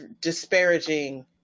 disparaging